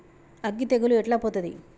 అగ్గి తెగులు ఎట్లా పోతది?